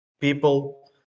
people